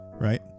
right